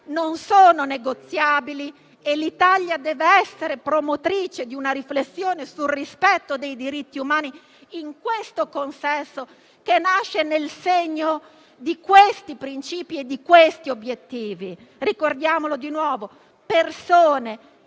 non sono dunque negoziabili e l'Italia dev'essere promotrice di una riflessione sul rispetto dei diritti umani in questo consesso, che nasce nel segno di tali principi e obiettivi. Ricordiamolo di nuovo: persone,